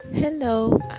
Hello